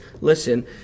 listen